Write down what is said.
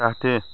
जाहाथे